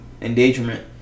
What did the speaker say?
endangerment